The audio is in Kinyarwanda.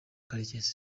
karekezi